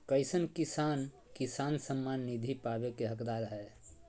कईसन किसान किसान सम्मान निधि पावे के हकदार हय?